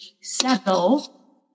settle